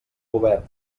govern